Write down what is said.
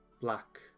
black